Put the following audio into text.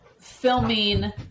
filming